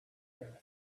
earth